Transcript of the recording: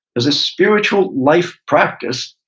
as a spiritual life practice,